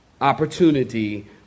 opportunity